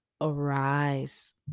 Arise